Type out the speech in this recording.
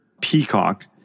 peacock